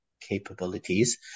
capabilities